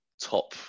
top